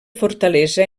fortalesa